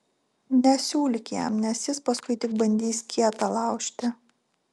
nesiūlyk jam nes jis paskui tik bandys kietą laužti